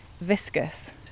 viscous